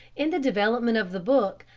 in the development of the book,